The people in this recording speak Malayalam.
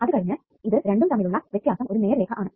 അത് കഴിഞ്ഞ് ഇത് രണ്ടും തമ്മിലുള്ള വ്യത്യാസം ഒരു നേർരേഖ ആണ്